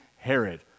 Herod